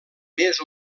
més